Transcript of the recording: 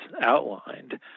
outlined